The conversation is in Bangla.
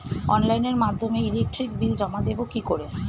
অনলাইনের মাধ্যমে ইলেকট্রিক বিল জমা দেবো কি করে?